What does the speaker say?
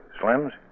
Slim's